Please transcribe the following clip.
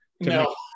no